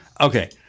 Okay